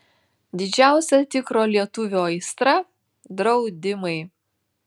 didžiausia tikro lietuvio aistra draudimai